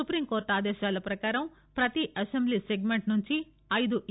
supreme court ఆదేశాల ప్రకారం ప్రతి అసెంబ్లీ సెగ్మంట్ నుంచి ఐదు ఈ